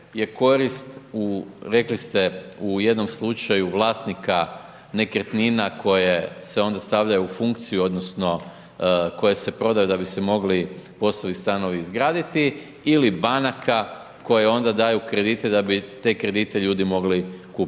je korist u rekli ste u jednom slučaju vlasnika nekretnina koje se onda stavljaju u funkciju odnosno koje se prodaju da bi se mogli POS-ovi stanovi izgraditi ili banaka koje onda daju kredite da bi te kredite ljudi mogli kupiti.